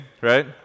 right